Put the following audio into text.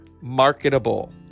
marketable